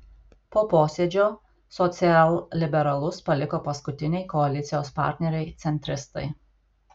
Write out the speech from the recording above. po posėdžio socialliberalus paliko paskutiniai koalicijos partneriai centristai